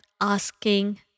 asking